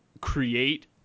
create